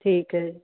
ਠੀਕ ਹੈ